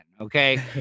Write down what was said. Okay